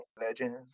legend